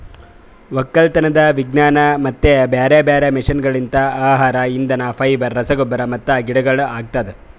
ಒಕ್ಕಲತನದ್ ವಿಜ್ಞಾನ ಮತ್ತ ಬ್ಯಾರೆ ಬ್ಯಾರೆ ಮಷೀನಗೊಳ್ಲಿಂತ್ ಆಹಾರ, ಇಂಧನ, ಫೈಬರ್, ರಸಗೊಬ್ಬರ ಮತ್ತ ಗಿಡಗೊಳ್ ಆಗ್ತದ